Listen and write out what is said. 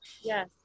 Yes